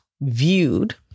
viewed